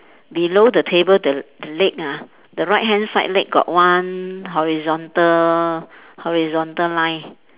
below the table the the leg ah the right hand side leg got one horizontal horizontal line